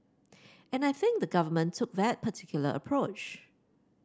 and I think the government took that particular approach